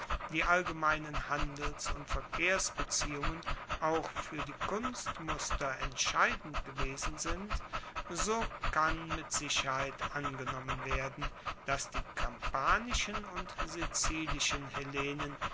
die allgemeinen handels und verkehrsbeziehungen auch fuer die kunstmuster entscheidend gewesen sind so kann mit sicherheit angenommen werden dass die kampanischen und sizilischen hellenen